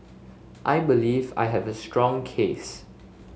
I believe I have a strong case